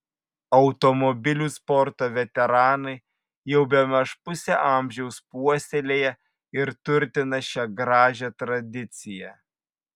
automobilių sporto veteranai jau bemaž pusę amžiaus puoselėja ir turtina šią gražią tradiciją